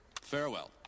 farewell